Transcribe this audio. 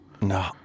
No